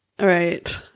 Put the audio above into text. Right